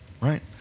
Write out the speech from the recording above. right